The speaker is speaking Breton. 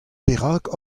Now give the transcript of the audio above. perak